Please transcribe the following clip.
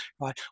right